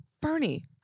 Bernie